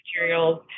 materials